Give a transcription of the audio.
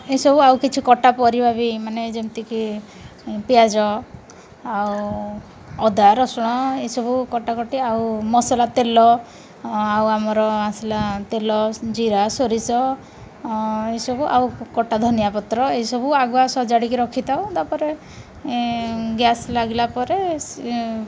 ଏସବୁ ଆଉ କିଛି କଟା ପରିବା ବି ମାନେ ଯେମିତିକି ପିଆଜ ଆଉ ଅଦା ରସୁଣ ଏସବୁ କଟାକଟି ଆଉ ମସଲା ତେଲ ଆଉ ଆମର ଆସିଲା ତେଲ ଜିରା ସୋରିଷ ଏହିସବୁ ଆଉ କଟା ଧନିଆ ପତ୍ର ଏସବୁ ଆଗୁଆ ସଜାଡ଼ିକି ରଖିଥାଉ ତା'ପରେ ଗ୍ୟାସ୍ ଲାଗିଲା ପରେ